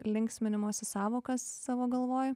linksminimosi sąvokas savo galvoj